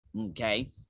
okay